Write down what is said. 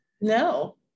No